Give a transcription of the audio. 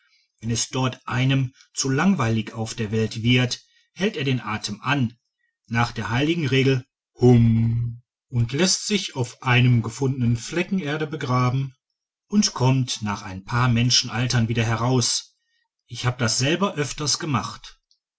wenn es dort einem zu langweilig auf der welt wird hält er den atem an nach der heiligen regel hum und läßt sich auf einem gefunden fleck erde begraben und kommt nach ein paar menschenaltern wieder heraus ich hab das selber öfters gemacht